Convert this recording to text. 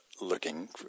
looking